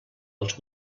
els